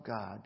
God